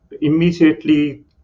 immediately